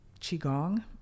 Qigong